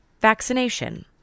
vaccination